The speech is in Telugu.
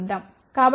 కాబట్టి మేము 22